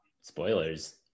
Spoilers